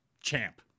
Champ